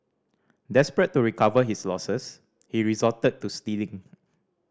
desperate to recover his losses he resorted to stealing